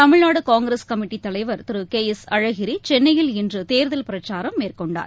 தமிழ்நாடு காங்கிரஸ் கமிட்டித் தலைவர் திரு கே எஸ் அழகிரி சென்னையில் இன்று தேர்தல் பிரச்சாரம் மேற்கொண்டார்